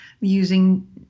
using